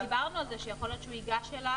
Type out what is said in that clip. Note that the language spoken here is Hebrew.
אבל דיברנו על זה שיכול להיות שהוא ייגש אליו